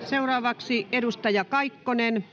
Seuraavaksi edustaja Kaikkonen.